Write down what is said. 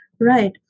right